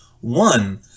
One